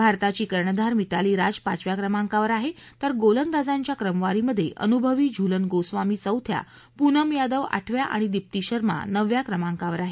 भारताची कर्णधार मिताली राज पाचव्या क्रमांकावर आहे तर गोलंदाजांच्या क्रमवारीमध्ये अनुभवी झूलन गोस्वामी चौथ्या पूनम यादव आठव्या आणि दीप्ति शर्मा नवव्या क्रमांकावर आहेत